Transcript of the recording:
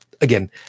Again